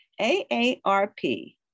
AARP